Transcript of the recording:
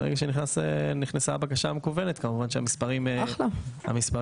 ברגע שנכנסה הבקשה המקוונת כמובן שהמספרים ירדו.